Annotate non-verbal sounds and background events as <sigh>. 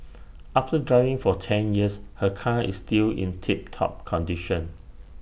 <noise> after driving for ten years her car is still in tip top condition